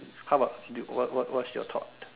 how about you what what what is your thought